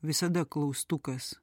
visada klaustukas